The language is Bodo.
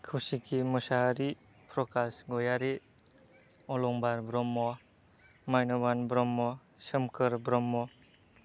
कौसिकि मुसाहारि प्रकास गयारि अलंबार ब्रह्म मान्यबान ब्रह्म सोमखोर ब्रह्म